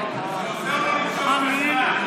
דירה, קניתי עוד דירה.